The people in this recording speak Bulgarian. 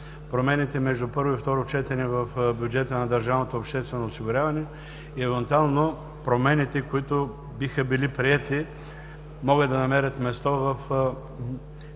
промените между първо и второ четене в бюджета на държавното обществено осигуряване и евентуално промените, които биха били приети и могат да намерят място в бюджета